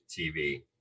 TV